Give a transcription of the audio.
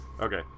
Okay